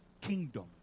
kingdom